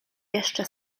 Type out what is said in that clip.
jeszcze